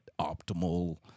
optimal